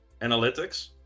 analytics